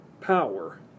power